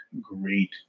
great